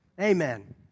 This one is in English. Amen